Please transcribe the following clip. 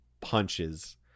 punches